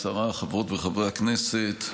השרה, חברות וחברי הכנסת,